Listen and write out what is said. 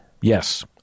Yes